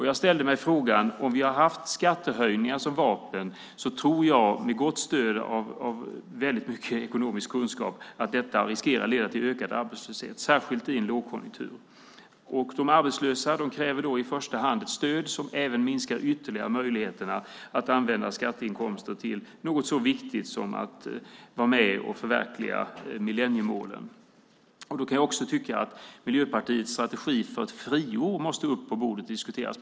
Jag ställde frågan om skattehöjningar som vapen. Det tror jag, med gott stöd av väldigt mycket ekonomisk kunskap, riskerar att leda till ökad arbetslöshet, särskilt i en lågkonjunktur. De arbetslösa kräver då i första hand ett stöd som ytterligare minskar möjligheterna att använda skatteinkomster till något så viktigt som att vara med och förverkliga millenniemålen. Då kan jag också tycka att Miljöpartiets strategi för ett friår måste upp på bordet och diskuteras.